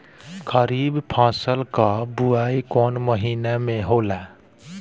खरीफ फसल क बुवाई कौन महीना में होला?